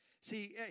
See